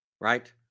right